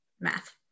math